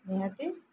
ନିହାତି